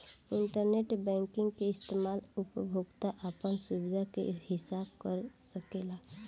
internet banking के इस्तमाल उपभोक्ता आपन सुबिधा के हिसाब कर सकेला